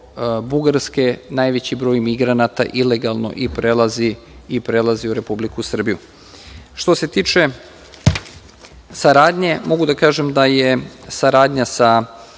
Bugarske najveći broj migranata ilegalno prelazi u Republiku Srbiju. Što se tiče saradnje, mogu da kažem da je saradnja sa